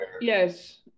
Yes